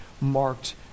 marked